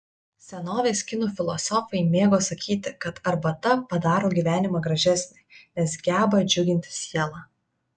senovės kinų filosofai mėgo sakyti kad arbata padaro gyvenimą gražesnį nes geba džiuginti sielą